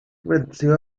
venció